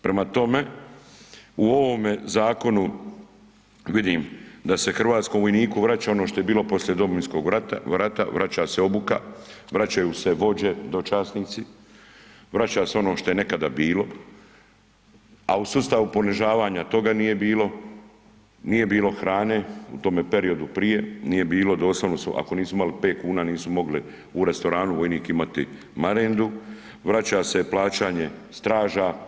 Prema tome, u ovome zakonu vidim da se hrvatskom vojniku vraća ono što je bilo poslije Domovinskog rata, vraća se obuka, vraćaju se vođe, dočasnici, vraća se ono što je nekada bilo, a u sustavu ponižavanja toga nije bilo, nije bilo hrane u tome periodu prije, nije bilo, doslovno su, ako nisu imali 5 kuna, nisu mogli u restoranu vojnik imati marendu, vraća se plaćanje straža.